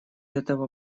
этого